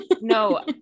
No